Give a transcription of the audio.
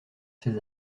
ses